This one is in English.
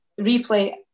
replay